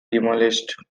demolished